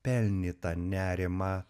pelnytą nerimą